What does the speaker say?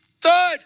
third